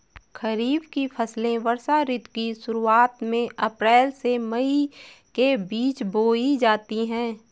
खरीफ की फसलें वर्षा ऋतु की शुरुआत में अप्रैल से मई के बीच बोई जाती हैं